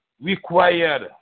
required